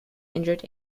injured